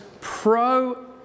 pro